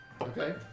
Okay